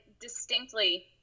distinctly